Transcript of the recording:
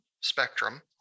spectrum